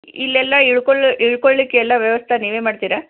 ಇಲ್ಲೆಲ್ಲ ಇಳ್ಕೊಳ್ ಇಳ್ಕೊಳ್ಲಿಕ್ಕೆ ಎಲ್ಲ ವ್ಯವಸ್ಥೆ ನೀವೇ ಮಾಡ್ತೀರಾ